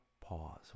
pause